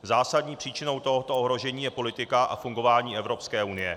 Zásadní příčinou tohoto ohrožení je politika a fungování Evropské unie.